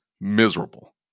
miserable